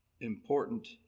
important